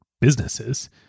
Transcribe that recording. businesses